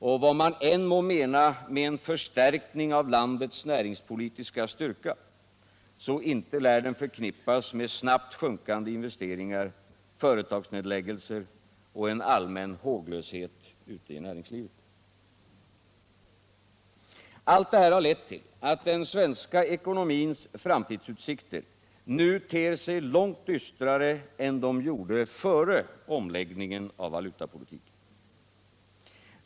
Och vad man än må mena med en förstärkning av landets näringspolitiska styrka, så inte lär den förknippas med snabbt sjunkande investeringar, företagsnedläggelser och en allmän håglöshet ute i näringslivet. Allt detta har lett till att den svenska ekonomins framtidsutsikter nu ter sig långt dystrare än de gjorde före omläggningen av valutapolitiken.